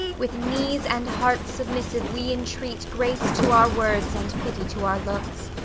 with knees and hearts submissive we entreat grace to our words and pity to our looks,